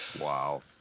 Wow